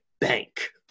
bank